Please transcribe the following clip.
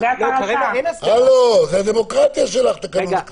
זו הדמוקרטיה שלך, תקנון הכנסת.